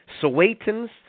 Sowetans